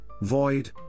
void